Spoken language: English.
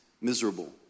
miserable